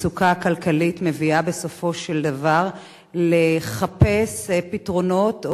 מצוקה כלכלית מביאה בסופו של דבר לחפש פתרונות,